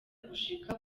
gushika